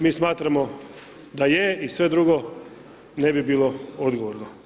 Mi smatramo da je, i sve drugo ne bi bilo odgovorno.